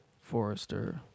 Forester